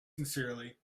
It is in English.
sincerely